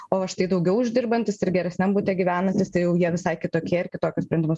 o štai daugiau uždirbantys ir geresniam bute gyvenantys tai jau jie visai kitokie ir kitokius sprendimus